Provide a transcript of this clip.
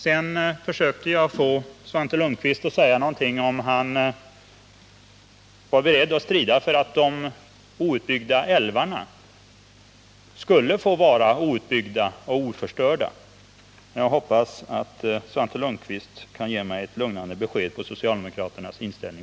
Sedan försökte jag få Svante Lundkvist att säga någonting om huruvida han var beredd att strida för att de outbyggda älvarna skulle få vara outbyggda och oförstörda. Jag hoppas att Svante Lundkvist på den punkten kan ge mig ett lugnande besked om socialdemokraternas inställning.